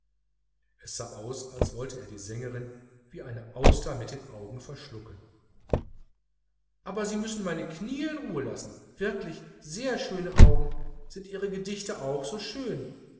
es sah aus als wollte er die sängerin wie eine auster mit den augen verschlucken aber sie müssen meine kniee in ruhe lassen wirklich sehr schöne augen sind ihre gedichte auch so schön